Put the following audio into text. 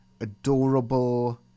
adorable